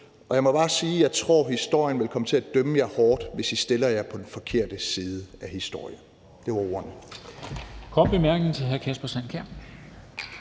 Og jeg må bare sige: Jeg tror, historien vil komme til at dømme jer hårdt, hvis I stiller jer på den forkerte side af historien. Det var ordene.